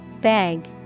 Beg